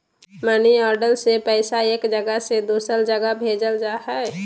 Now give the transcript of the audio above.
money order से पैसा एक जगह से दूसर जगह भेजल जा हय